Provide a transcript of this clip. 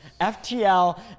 FTL